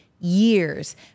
years